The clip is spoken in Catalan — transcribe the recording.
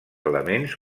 elements